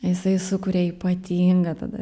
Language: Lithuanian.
jisai sukuria ypatingą tada